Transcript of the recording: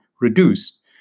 reduced